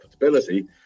profitability